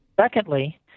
Secondly